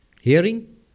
hearing